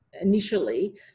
initially